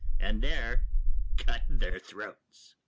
and there cut their throats